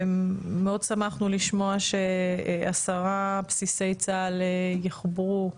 מאוד שמחנו לשמוע שעשרה בסיסי צה"ל יחוברו,